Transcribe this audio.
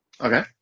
Okay